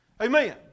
Amen